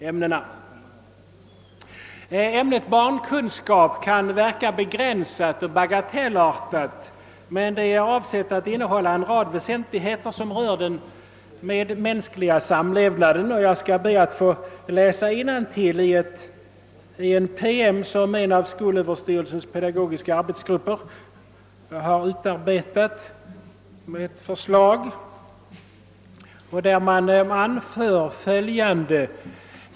Ämnet barnkunskap kan verka begränsat och bagatellartat, men är avsett att innehålla en rad väsentligheter som rör den medmänskliga samlevnaden. Jag skall be att få läsa innantill i en PM med förslag som en av skolöverstyrelsens pedagogiska. arbetsgrupper har utarbetat. Där anföres följande.